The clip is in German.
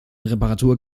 reparatur